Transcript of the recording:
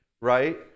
right